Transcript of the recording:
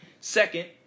Second